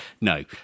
No